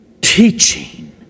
teaching